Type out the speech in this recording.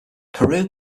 peru